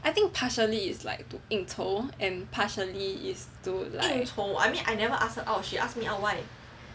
I think partially it's like to 应酬 and partially is to like